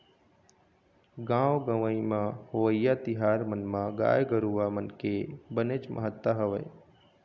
गाँव गंवई म होवइया तिहार मन म गाय गरुवा मन के बनेच महत्ता हवय